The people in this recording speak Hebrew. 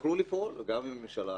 יכלו לפעול גם הממשלה